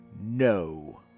No